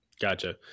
Gotcha